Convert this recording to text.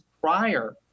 prior